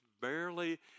barely